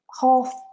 half